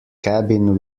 cabin